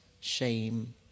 shame